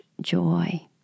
joy